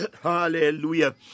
Hallelujah